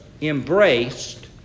embraced